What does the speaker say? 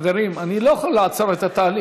חברים, אני לא יכול לעצור את התהליך.